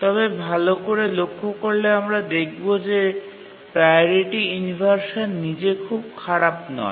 তবে ভাল করে লক্ষ্য করলে আমরা দেখব যে প্রাওরিটি ইনভারসান নিজে খুব খারাপ নয়